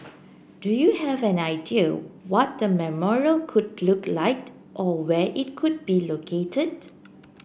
do you have an idea what the memorial could look like or where it could be located